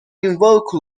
invoke